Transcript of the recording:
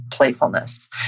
playfulness